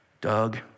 Doug